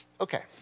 okay